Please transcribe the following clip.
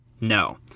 No